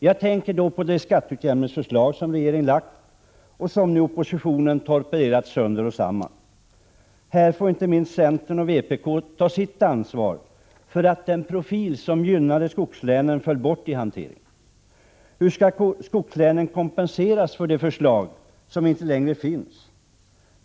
Jag tänker på det skatteutjämningsförslag som regeringen har lagt fram och som oppositionen nu torpederat sönder och samman. Här får inte minst centern och vpk ta sitt ansvar för att den profil som gynnade skogslänen föll bort i hanteringen. Hur skall skogslänen kompenseras för det förslag som inte längre finns?